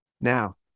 Now